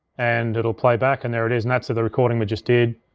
and it'll play back, and there it is. and that's of the recording we just did.